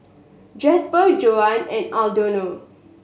Jasper Joan and